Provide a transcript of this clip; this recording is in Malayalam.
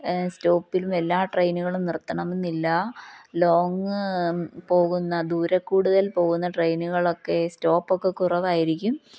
സ്റ്റോപ്പിലും എല്ലാ ട്രെയിനുകളും നിർത്തണമെന്നില്ല ലോങ് പോകുന്ന ദൂരക്കൂടുതൽ പോകുന്ന ട്രെയിനുകളൊക്കെ സ്റ്റോപ്പൊക്കെ കുറവായിരിക്കും